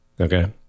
okay